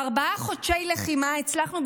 בארבעה חודשי לחימה הצלחנו,